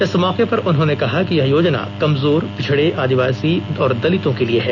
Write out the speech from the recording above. इस मौके पर उन्होंने कहा कि यह योजना कमजोर पिछड़े आदिवासी और दलितों के लिए है